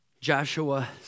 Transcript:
Joshua